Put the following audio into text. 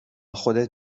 خودت